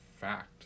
fact